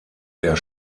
der